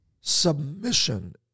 Submission